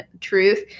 truth